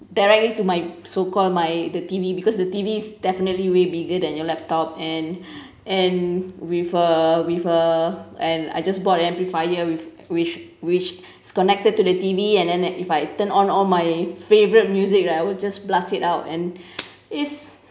directly to my so called my the T_V because the T_V's definitely way bigger than your laptop and and with a with a and I just bought an amplifier with which which is connected to the T_V and then if I turn on all my favourite music right I will just blast it out and is